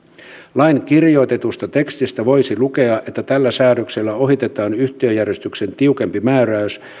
lain kirjoitetusta tekstistä voisi lukea että tällä säädöksellä ohitetaan yhtiöjärjestyksen tiukempi määräys